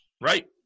Right